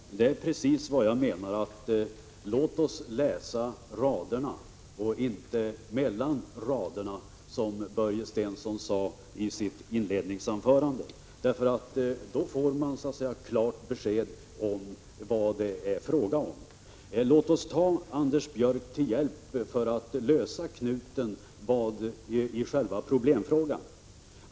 Herr talman! Det är precis vad jag menar, Börje Stensson. Låt oss läsa raderna —- inte mellan raderna, som Börje Stensson sade i sitt inledningsanförande. Då får man klart besked om vad det är fråga om. Låt oss ta Anders Björck till hjälp för att lösa själva knuten i problemet.